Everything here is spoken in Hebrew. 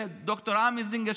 ד"ר עמי זינגר,